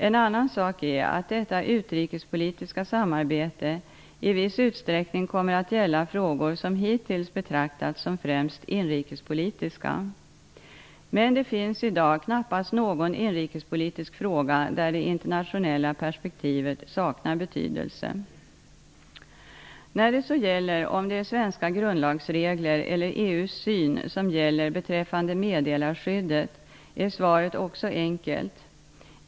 En annan sak är att detta utrikespolitiska samarbete i viss utsträckning kommer att gälla frågor som hittills betraktats som främst inrikespolitiska. Men det finns i dag knappast någon inrikespolitisk fråga där det internationella perspektivet saknar betydelse. När det gäller frågan om det är svenska grundlagsregler eller EU:s syn som gäller beträffande meddelarskyddet är svaret också enkelt.